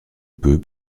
peu